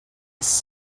was